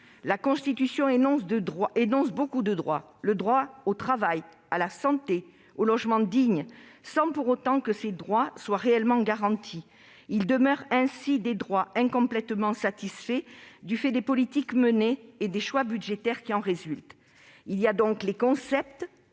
La Constitution énonce beaucoup de droits- au travail, à la santé, au logement digne ...-, sans qu'ils soient pour autant réellement garantis. Ils demeurent des droits incomplètement satisfaits du fait des politiques menées et des choix budgétaires qui en résultent. Il y a les concepts,